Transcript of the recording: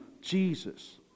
Jesus